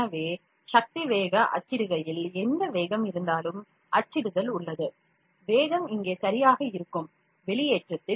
எனவே சக்தி வேகம் அச்சிடுகையில் எந்த வேகம் இருந்தாலும் அச்சிடுதல் உள்ளது வேகம் இங்கே சரியாக இருக்கும் வெளியேற்றத்தில்